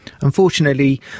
unfortunately